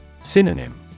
Synonym